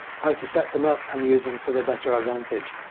how to set them up and use them to the better advantage.